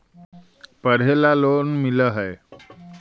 पढ़े ला लोन मिल है?